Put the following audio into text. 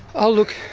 oh look,